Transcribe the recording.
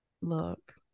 Look